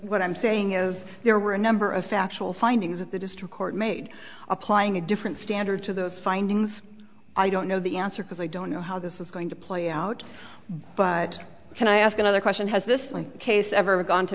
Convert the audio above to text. what i'm saying is there were a number of factual findings that the district court made applying a different standard to those findings i don't know the answer because i don't know how this is going to play out but can i ask another question has this case ever gone to